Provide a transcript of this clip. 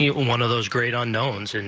yeah one of those great unknowns. and